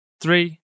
three